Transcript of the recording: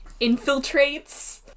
infiltrates